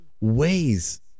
ways